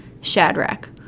Shadrach